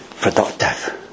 productive